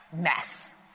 mess